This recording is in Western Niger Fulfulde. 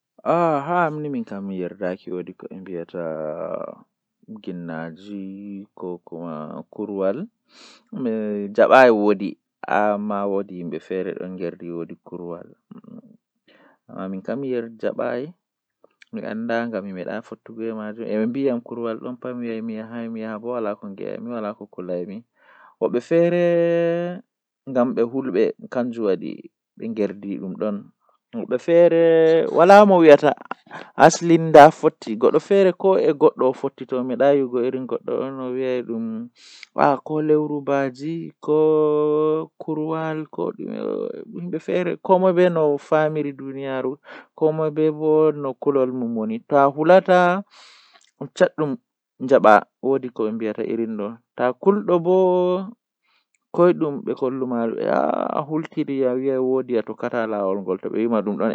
Eey, Konngol aduna waɗataa ɗabbiraaɗe sooytaa so a semmbude, A foti njaaɓnirde waɗi, ɗi yamiraade ɗi, Di leeɓde, Di huutoraade e ɗi naatude maa ɗi famɗe dow, Ko nde njogita semmbugol maa, Ko waɗi nde a fami waɗude caɗeele, Nder laamu e njogorde, Ɗuum woodani ko waɗata e waɗal maa ko a soowoo majji